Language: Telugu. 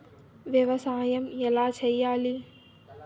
వ్యవసాయం ఎలా చేయాలి?